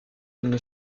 une